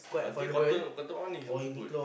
I think Cotton Cotton-on is also good